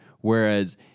whereas